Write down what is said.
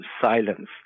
silence